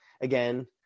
Again